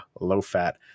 low-fat